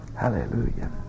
Hallelujah